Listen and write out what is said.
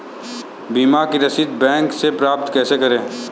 बीमा की रसीद बैंक से कैसे प्राप्त करें?